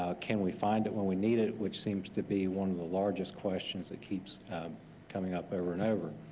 ah can we find it when we need it which seems to be one of the largest questions that keeps coming up over and over.